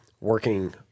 working